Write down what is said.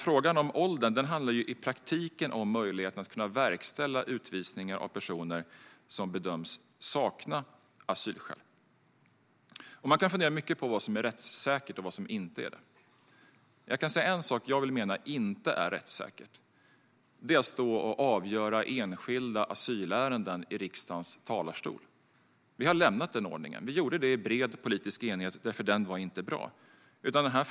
Frågan om åldern handlar i praktiken om möjligheterna att verkställa utvisning av personer som bedöms sakna asylskäl. Man kan fundera mycket på vad som är rättssäkert och vad som inte är det. Jag kan säga en sak som jag vill mena inte är rättssäker: att stå och avgöra enskilda asylärenden i riksdagens talarstol. Vi har lämnat den ordningen. Vi gjorde det i bred politisk enighet, för denna ordning var inte bra.